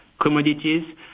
commodities